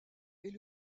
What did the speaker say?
est